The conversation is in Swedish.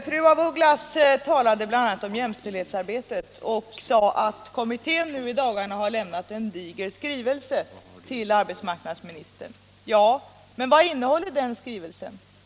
Fru af Ugglas talade bl.a. om jämställdhetsarbetet och sade att kommittén i dagarna har lämnat en diger skrivelse till arbetsmarknadsministern. Ja, men vad innehåller den skrivelsen?